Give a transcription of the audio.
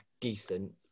decent